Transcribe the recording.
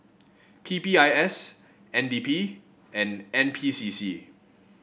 P P I S N D P and N P C C